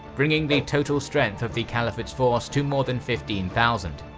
bringing the total strength of the caliphate's force to more than fifteen thousand,